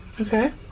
Okay